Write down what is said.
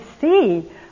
see